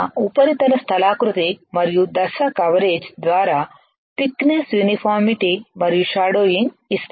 ఉపరితల స్థలాకృతి మరియు దశ కవరేజ్ ద్వారా తిక్నెస్ యూనిఫామిటీ మరియు షాడోయింగ్ ఇస్తాయి